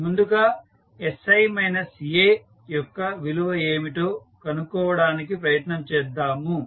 ముందుగా sI A యొక్క విలువ ఏమిటో కనుక్కోవడానికి ప్రయత్నం చేద్దాము